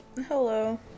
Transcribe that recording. Hello